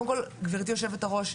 גברתי היושבת-ראש,